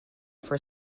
for